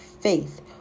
faith